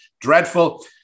dreadful